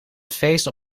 feesten